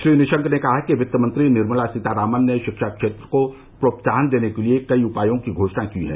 श्री निशंक ने कहा कि वित्त मंत्री निर्मला सीतारामन ने शिक्षा क्षेत्र को प्रोत्साहन देने के लिए कई उपायों की घोषणा की है